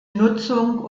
nutzung